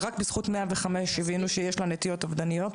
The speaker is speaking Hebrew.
רק בזכות 105 הבינו שיש להן נטיות אובדניות,